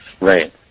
Right